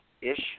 ish